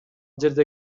жерде